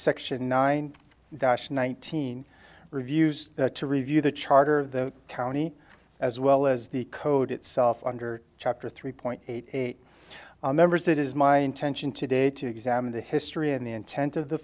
section nine nineteen reviews to review the charter of the county as well as the code itself under chapter three point eight eight members it is my intention today to examine the history and the intent of the